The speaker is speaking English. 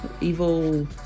evil